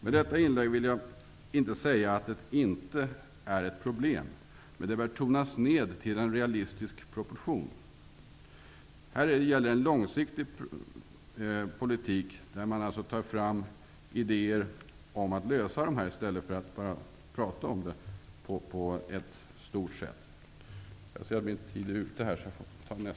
Med detta inlägg vill jag inte säga att bilavgaserna inte är ett problem, men det bör tonas ned till realistiska proportioner. Det gäller att föra en långsiktig politik, där man tar fram idéer om hur man skall lösa problemen i stället för att bara prata om dem.